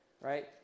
right